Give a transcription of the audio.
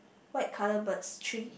white colour birds three